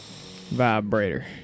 Vibrator